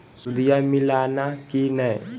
सुदिया मिलाना की नय?